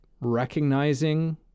recognizing